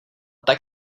tak